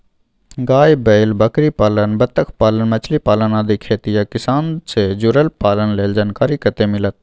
गाय, बैल, बकरीपालन, बत्तखपालन, मछलीपालन आदि खेती आ किसान से जुरल पालन लेल जानकारी कत्ते मिलत?